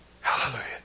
Hallelujah